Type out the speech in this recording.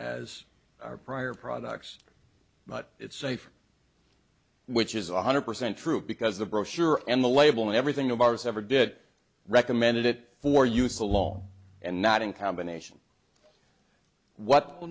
as our prior products but it's safe which is one hundred percent true because the brochure and the label and everything of ours ever did recommend it for use along and not in combination what